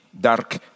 dark